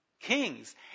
kings